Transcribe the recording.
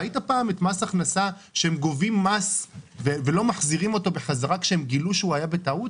ראית פעם את מס הכנסה גובים מס ולא מחזירים כשהם גילו שזה בטעות?